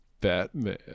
Batman